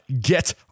Get